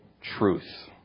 truth